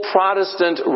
Protestant